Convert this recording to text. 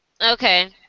Okay